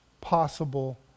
possible